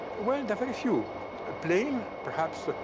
well, there are very few a plane, perhaps,